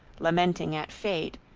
lamenting at fate,